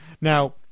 now